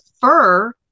fur